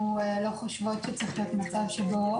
אנחנו לא חושבות שצריך להיות מצב שבו